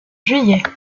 juillet